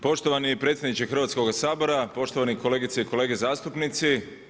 Poštovani predsjedniče Hrvatskoga sabora, poštovane kolegice i kolege zastupnici.